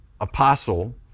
apostle